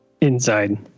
Inside